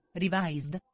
revised